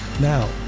Now